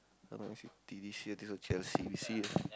Man-City this year this Chelsea we see ah